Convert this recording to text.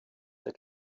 der